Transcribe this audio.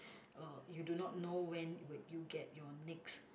uh you do not know when would you get your next